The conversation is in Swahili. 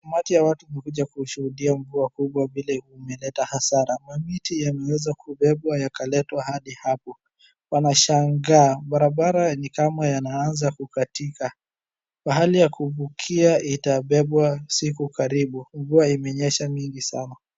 Umati ya watu umekuja kushuhudia mvua kubwa vile imeleta hasara. Mamiti yaliweza kubebwa yakaletwa hadi hapo. Wanashangaa. Barabara ni kama yanaanza kukatika. Pahali ya kuvukia itabebwa siku karibu mvua imenyesha mingi sana.